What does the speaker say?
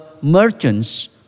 merchants